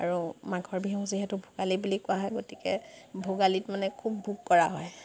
আৰু মাঘৰ বিহু যিহেতু ভোগালী বুলি কোৱা হয় গতিকে ভোগালীত মানে খুব ভোগ কৰা হয়